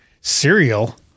cereal